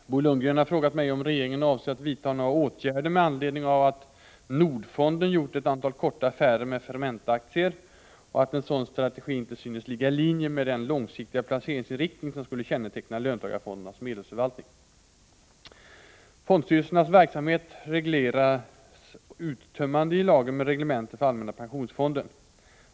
Herr talman! Bo Lundgren har frågat mig om regeringen avser att vidta några åtgärder med anledning av att Nordfonden gjort ett antal korta affärer med Fermentaaktier och att en sådan strategi inte synes ligga i linje med den långsiktiga placeringsinriktning som skulle känneteckna löntagarfondernas medelsförvaltning. Fondstyrelsernas verksamhet regleras uttömmande i lagen med reglemente för allmänna pensionsfonden.